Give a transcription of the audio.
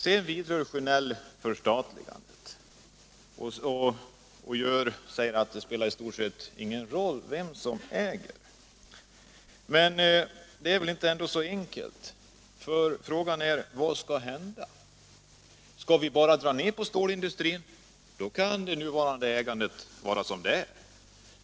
Herr Sjönell vidrör förstatligandet och säger att det i stort sett inte spelar någon roll vem som äger företagen. Men det är väl ändå inte så enkelt. Frågan är vad som skall hända. Skall vi bara dra ner på stålindustrin, då kan det nuvarande ägandet vara som det är.